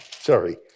Sorry